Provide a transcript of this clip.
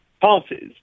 parties